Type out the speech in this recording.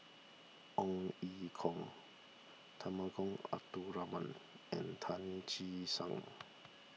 Ong Ye Kung Temenggong Abdul Rahman and Tan Che Sang